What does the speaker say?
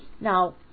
now